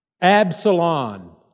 Absalom